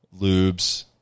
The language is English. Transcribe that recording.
lubes